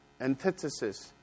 antithesis